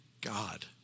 God